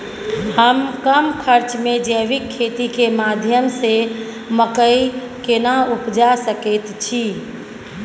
हम कम खर्च में जैविक खेती के माध्यम से मकई केना उपजा सकेत छी?